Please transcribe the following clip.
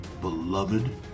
beloved